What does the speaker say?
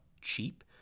cheap